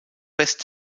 west